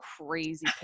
crazy